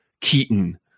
Keaton